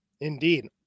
Indeed